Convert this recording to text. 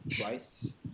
twice